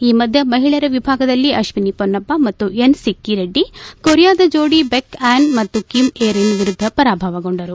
ಈ ಮಧ್ಯೆ ಮಹಿಳೆಯರ ವಿಭಾಗದಲ್ಲಿ ಅಪ್ಪಿನಿ ಮೊನ್ನಪ್ಪ ಮತ್ತು ಎನ್ಸಿಕ್ಕಿ ರೆಡ್ಡಿ ಕೊರಿಯಾದ ಜೋಡಿ ಬೆಕ್ ಆ ನ ಮತ್ತು ಕಿಮ್ ಎ ರಿನ್ ವಿರುದ್ದ ಪರಾಭವಗೊಂಡರು